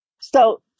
So-